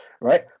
right